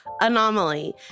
Anomaly